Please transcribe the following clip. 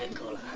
and girl!